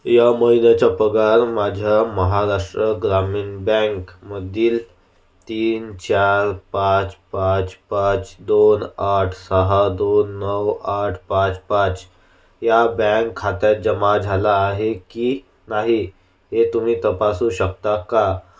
या महिन्याचा पगार माझ्या महाराष्ट्र ग्रामीण बँकमधील तीन चार पाच पाच पाच दोन आठ सहा दोन नऊ आठ पाच पाच या बँक खात्यात जमा झाला आहे की नाही हे तुम्ही तपासू शकता का